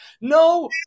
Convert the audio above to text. No